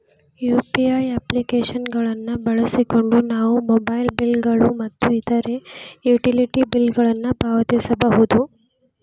UPI application ಗಳನ್ನು ಬಳಸಿಕೊಂಡು ನಾವು ಮೊಬೈಲ್ ಬಿಲ್ ಗಳು ಮತ್ತು ಇತರ ಯುಟಿಲಿಟಿ ಬಿಲ್ ಗಳನ್ನು ಪಾವತಿಸಬಹುದು